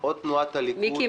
או תנועת הליכוד --- מיקי,